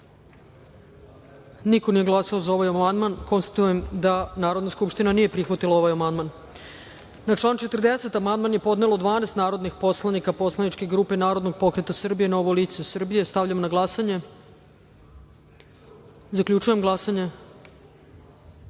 Niko nije glasao za ovaj amandman. Konstatujem da Narodna skupština nije prihvatila ovaj amandman. Na član 40. amandman je podnelo 12 narodnih poslanika Poslaničke grupe Narodni pokret Srbije – Novo lice Srbije. Stavljam na glasanje. Zaključujem glasanje: